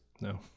No